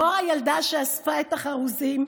מור, הילדה שאספה את החרוזים,